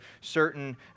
certain